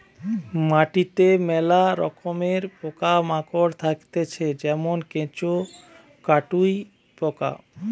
মাটিতে মেলা রকমের পোকা মাকড় থাকতিছে যেমন কেঁচো, কাটুই পোকা